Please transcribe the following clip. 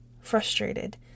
frustrated